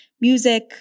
music